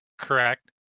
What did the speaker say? Correct